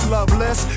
Loveless